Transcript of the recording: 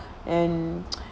and